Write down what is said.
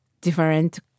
different